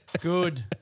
Good